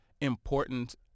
important